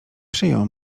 przyjął